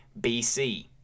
BC